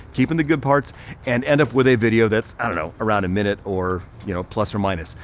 keeping the good parts and end up with a video that's i don't know, around a minute, or you know plus or minus,